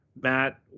Matt